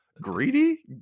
Greedy